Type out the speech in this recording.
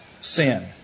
sin